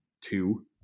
two